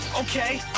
Okay